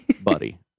buddy